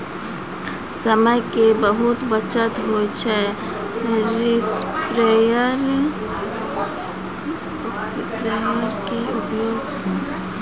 समय के बहुत बचत होय छै स्प्रेयर के उपयोग स